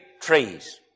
trees